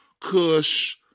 Kush